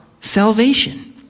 salvation